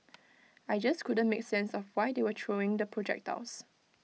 I just couldn't make sense of why they were throwing the projectiles